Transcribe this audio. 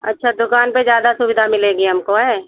अच्छा दुगान पर ज़्यादा सुविधा मिलेगी हमको अएं